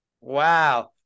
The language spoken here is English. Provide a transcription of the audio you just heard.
Wow